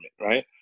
right